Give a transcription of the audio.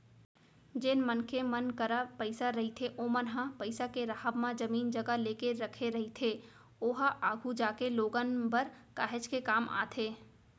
जेन मनखे मन करा पइसा रहिथे ओमन ह पइसा के राहब म जमीन जघा लेके रखे रहिथे ओहा आघु जागे लोगन बर काहेच के काम आथे